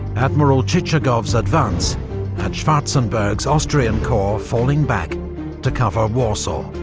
admiral chichagov's advance had schwarzenberg's austrian corps falling back to cover warsaw.